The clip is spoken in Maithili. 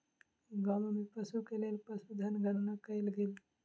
गाम में पशु के लेल पशुधन गणना कयल गेल